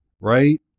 Right